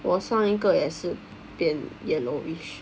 我上一个也是变 yellowish